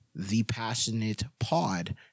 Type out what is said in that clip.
thepassionatepod